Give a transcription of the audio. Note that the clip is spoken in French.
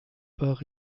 par